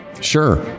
Sure